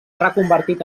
reconvertit